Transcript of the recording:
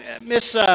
Miss